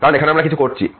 কারণ এখানে আমরা কি করছি